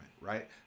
right